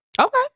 Okay